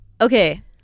okay